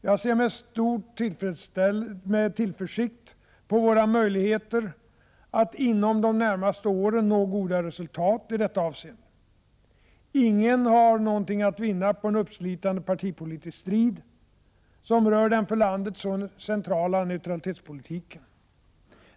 Jag ser med stor tillförsikt på våra möjligheter att inom de närmaste åren nå goda resultat i detta avseende. Ingen har någonting att vinna på en uppslitande partipolitisk strid som rör den för landet så centrala neutralitetspolitiken.